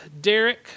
Derek